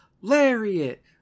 Lariat